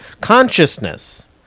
consciousness